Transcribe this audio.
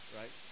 right